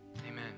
amen